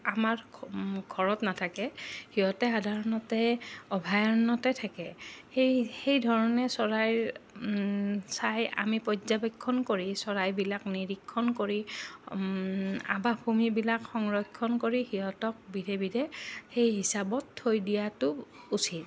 আমাৰ ঘৰত নাথাকে সিহঁতে সাধাৰণতে অভয়াৰণ্যতে থাকে সেই সেইধৰণে চৰাইৰ চাই আমি পৰ্যাপেক্ষণ কৰি চৰাইবিলাক নিৰীক্ষণ কৰি আৱাসভূমিবিলাক সংৰক্ষণ কৰি সিহঁতক বিধে বিধে সেই হিচাপত থৈ দিয়াটো উচিত